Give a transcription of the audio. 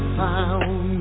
found